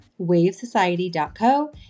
wavesociety.co